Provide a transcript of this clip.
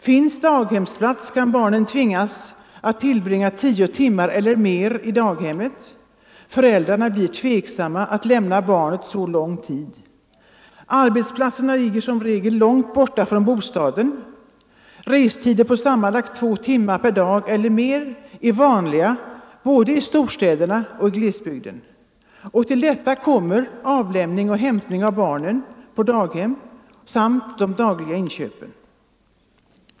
Finns daghemsplats kan barnen tvingas att tillbringa tio timmar eller mer i daghemmet. Föräldrarna tvekar att lämna barnen så lång tid. Arbetsplatserna ligger som regel långt bort från bostaden, restider på sammanlagt två timmar per dag eller mer är vanliga såväl i storstäderna som i glesbygden. Till detta kommer avlämning och hämtning av barnen på daghem samt de dagliga inköpen.